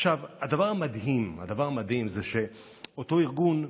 הדבר המדהים זה שאותו ארגון,